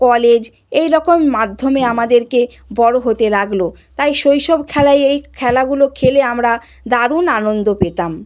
college এই রকম মাধ্যমে আমাদেরকে বড় হতে লাগল তাই শৈশব খেলায় এই খেলাগুলো খেলে আমরা দারুণ আনন্দ পেতাম